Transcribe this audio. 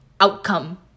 outcome